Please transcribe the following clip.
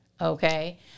okay